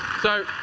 so,